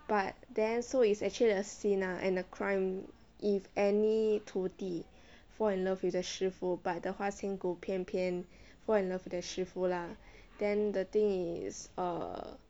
but then so it's actually a sin ah and a crime if any 徒弟 fall in love with the 师父 but the 花千骨偏偏 fall in love the 师父 lah then the thing is err